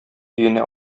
өенә